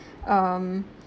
um